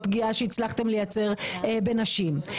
הפגיעה שהצלחתם לייצר בנשים.